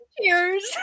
Cheers